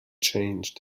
changed